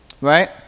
right